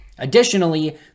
Additionally